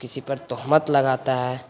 کسی پر تہمت لگاتا ہے